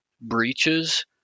breaches